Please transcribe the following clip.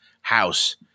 house